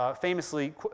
famously